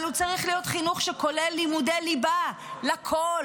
אבל הוא צריך להיות חינוך שכולל לימודי ליבה לכול,